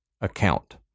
account